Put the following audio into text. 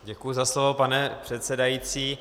Děkuji za slovo, pane předsedající.